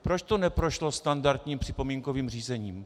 Proč to neprošlo standardním připomínkovým řízením?